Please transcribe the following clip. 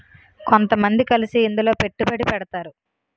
కొంతమంది కలిసి ఇందులో పెట్టుబడి పెడతారు